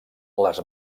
les